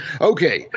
Okay